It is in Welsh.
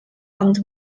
ond